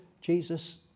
Jesus